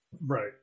Right